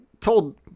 told